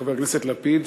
חבר הכנסת לפיד,